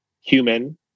human